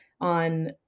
on